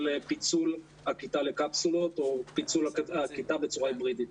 פיצול הכיתה לקפסולות או פיצול הכיתה בצורה היברידית.